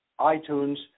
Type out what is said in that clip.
iTunes